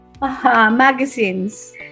magazines